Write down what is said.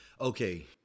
okay